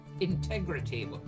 integrity